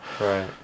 Right